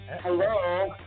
Hello